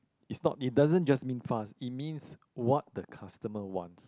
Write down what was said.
is not it doesn't just mean fast it means what the customer wants